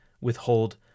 withhold